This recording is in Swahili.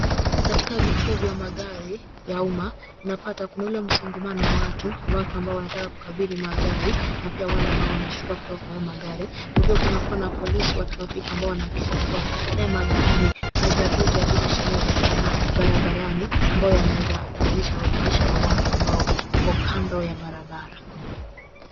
Katika vituo vya magari ya umma unapata kuna ule msongamano wa watu, na watu ambao wanataka kuabiri magari na pia wale ambao wanashuka kutoka kwa hayo magari. Kwa hivyo kuna kuwa na polisi wa trafiki ambao wanahakikisha kuwa haya magari hayajavunja zile sheria za barabarani ambayo yanaweza hatarisha maisha ya watu ambao wako kando ya barabara.